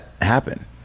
happen